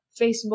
Facebook